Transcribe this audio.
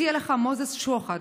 הציע לך מוזס שוחד,